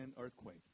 earthquake